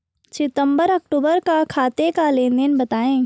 सितंबर अक्तूबर का खाते का लेनदेन बताएं